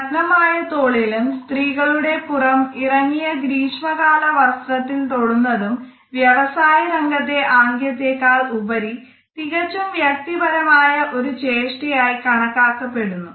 നഗ്നമായ തോളിലും സ്ത്രീകളുടെ പുറം ഇറങ്ങിയ ഗ്രീഷ്മകാല വസ്ത്രത്തിൽ തൊടുന്നതും വ്യവസായ രംഗത്തെ ആംഗ്യത്തേക്കാൾ ഉപരി തികച്ചും വ്യക്തിപരമായ ഒരു ചേഷ്ടയായി കണക്കാക്കപ്പെടുന്നു